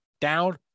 down